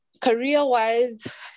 career-wise